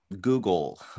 Google